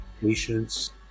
patience